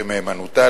למהימנותה,